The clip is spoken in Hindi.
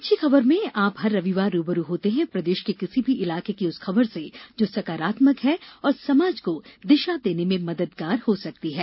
अच्छी खबर में आप हर रविवार रू ब रू होते हैं प्रदेश के किसी भी इलाके की उस खबर से जो सकारात्मक है और समाज को दिशा देने में मददगार हो सकती है